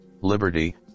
liberty